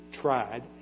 tried